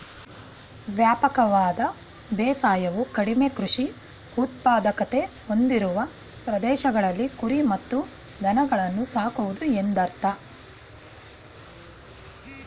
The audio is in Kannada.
ವ್ಯಾಪಕವಾದ ಬೇಸಾಯವು ಕಡಿಮೆ ಕೃಷಿ ಉತ್ಪಾದಕತೆ ಹೊಂದಿರುವ ಪ್ರದೇಶಗಳಲ್ಲಿ ಕುರಿ ಮತ್ತು ದನಗಳನ್ನು ಸಾಕುವುದು ಎಂದರ್ಥ